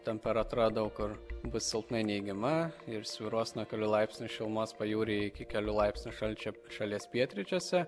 temperatūra daug kur bus silpnai neigiama ir svyruos nuo kelių laipsnių šilumos pajūryje iki kelių laipsnių šalčio šalies pietryčiuose